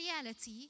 reality